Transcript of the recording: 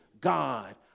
God